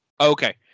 okay